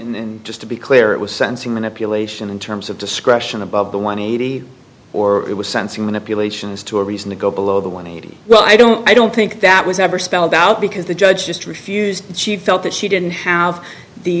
even just to be clear it was sensing manipulation in terms of discretion above the one hundred eighty or it was sensing manipulation as to a reason to go below the one eighty well i don't i don't think that was ever spelled out because the judge just refused she felt that she didn't have the